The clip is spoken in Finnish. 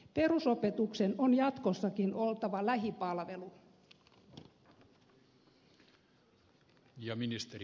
perusopetuksen on jatkossakin oltava lähipalvelu